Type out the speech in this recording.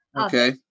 Okay